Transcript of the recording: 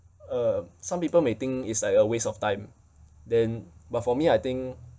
uh some people may think it's like a waste of time then but for me I think